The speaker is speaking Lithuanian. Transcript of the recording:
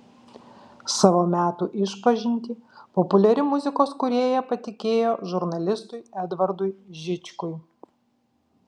savo metų išpažintį populiari muzikos kūrėja patikėjo žurnalistui edvardui žičkui